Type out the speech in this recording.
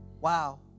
Wow